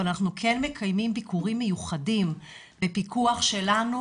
אבל אנחנו כן מקיימים ביקורים מיוחדים בפיקוח שלנו,